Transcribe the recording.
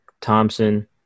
Thompson